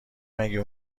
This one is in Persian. مگه